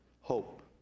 hope